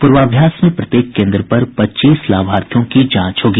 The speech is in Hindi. पूर्वाभ्यास में प्रत्येक केंद्र पर पच्चीस लाभार्थियों की जांच होगी